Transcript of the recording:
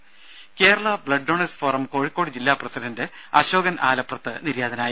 രമേ Kerala blood donors forum Kozhikode ജില്ലാ president Ashokan Alaprath നിര്യാതനായി